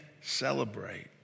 celebrate